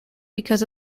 because